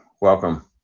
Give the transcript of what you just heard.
welcome